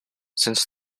since